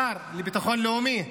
השר לביטחון לאומי.